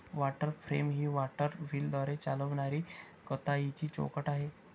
water frame ही water व्हीलद्वारे चालविणारी कताईची चौकट आहे